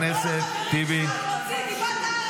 היא קראה לעברי "תומך טרור".